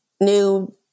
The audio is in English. new